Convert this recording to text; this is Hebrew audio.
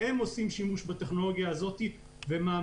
הם עושים שימוש בטכנולוגיה הזאת ומעמידים